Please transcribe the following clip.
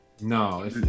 No